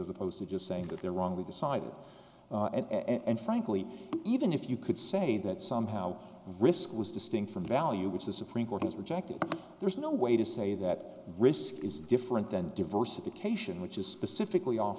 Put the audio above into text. as opposed to just saying that they're wrongly decided and frankly even if you could say that somehow risk was distinct from value which the supreme court has rejected there's no way to say that risk is differ and then diversification which is specifically off